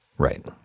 Right